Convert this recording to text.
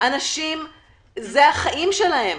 זה החיים שלהם.